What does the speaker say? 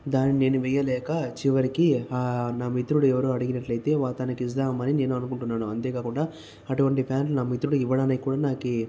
దానిని నేను వేయలేక చివరికి నా మిత్రుడు ఎవరో అడిగినట్టయితే వా తనకి ఇస్తామని నేను అనుకుంటున్నాను అంతే కాకుండా అటువంటి ప్యాంటును నా మిత్రుడికి ఇవ్వడానికి కూడా నాకి